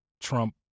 trump